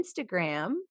Instagram